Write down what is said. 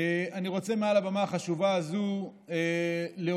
אני רוצה מעל הבמה החשובה הזאת להודות